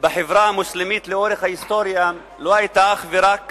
בחברה המוסלמית לאורך ההיסטוריה לא היה אך ורק